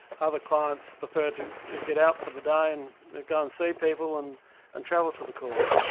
other clients prefer to get out for the day and go and see people and and travel to the courts.